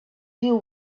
deal